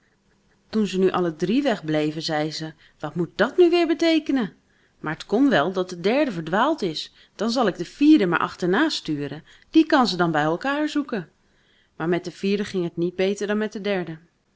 toen ze nu alle drie wegbleven zei ze wat moet dàt nu weêr beteekenen maar t kon wel dat de derde verdwaald is dan zal ik de vierde maar achterna sturen die kan ze dan bij elkaâr zoeken maar met de vierde ging het niet beter dan met de derde